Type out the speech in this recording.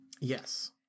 Yes